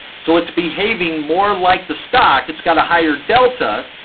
so it's behaving more like the stock, it's got a higher delta.